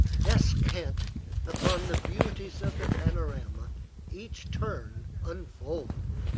descant upon the beauties of the panorama each turn unfolded.